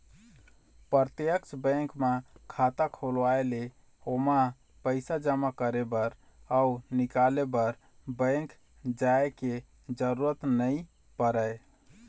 प्रत्यक्छ बेंक म खाता खोलवाए ले ओमा पइसा जमा करे बर अउ निकाले बर बेंक जाय के जरूरत नइ परय